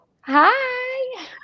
Hi